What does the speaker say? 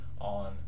on